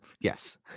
Yes